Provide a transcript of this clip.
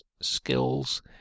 skills